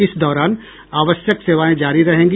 इस दौरान आवश्यक सेवायें जारी रहेंगी